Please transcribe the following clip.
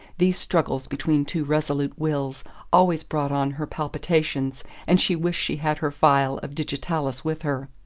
these struggles between two resolute wills always brought on her palpitations, and she wished she had her phial of digitalis with her.